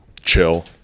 chill